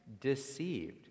deceived